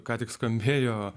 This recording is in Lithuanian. ką tik skambėjo